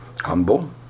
Humble